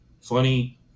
funny